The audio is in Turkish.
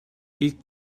ilk